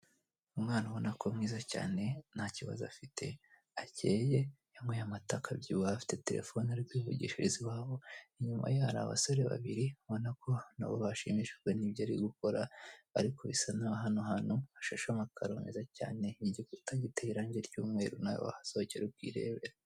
Umwana ubona ko ari mwiza cyane, nta kibazo afite, akeye yamu amatabyibu afite telefone yo kwivugishiriza iwabo, inyuma ye hari abasore babiri, ubona ko nabo bashimishijwe n'ibyo ari gukora ariko bisa n'ahantu hashashe amakaro meza cyane igikuta giteye irangi ry'umweru, nawe wahasohokera ukirerebera.